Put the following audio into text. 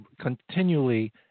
continually